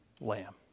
lamb